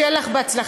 שיהיה לך בהצלחה.